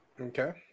Okay